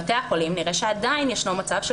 בבתי החולים נראה שעדיין ישנו מצב של